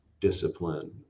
discipline